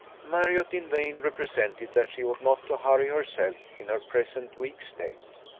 marriott in vain represented that she ought not to hurry herself in her present weak state.